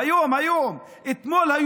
הם נמצאים היום פה,